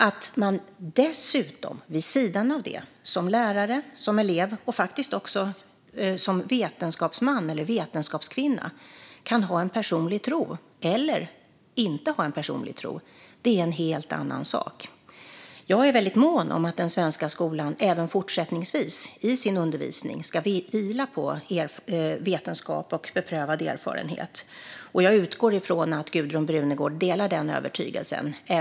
Att man dessutom - vid sidan av detta - som lärare, som elev och faktiskt också som vetenskapsman eller vetenskapskvinna kan ha en personlig tro eller inte ha en personlig tro är en helt annan sak. Jag är väldigt mån om att den svenska skolan även fortsättningsvis i sin undervisning ska vila på vetenskap och beprövad erfarenhet, och jag utgår från att Gudrun Brunegård delar denna övertygelse.